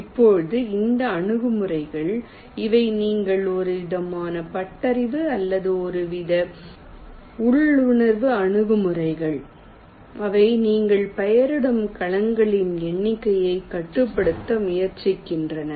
இப்போது இந்த அணுகுமுறைகள் இவை நீங்கள் ஒருவிதமான பட்டறிவு அல்லது ஒருவித உள்ளுணர்வு அணுகுமுறைகள் அவை நாங்கள் பெயரிடும் கலங்களின் எண்ணிக்கையை கட்டுப்படுத்த முயற்சிக்கின்றன